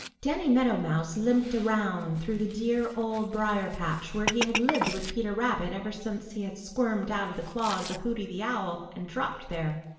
danny meadow mouse limped around through the dear old briar-patch, where he had lived with peter rabbit ever since he had squirmed out of the claws of hooty the owl and dropped there,